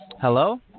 Hello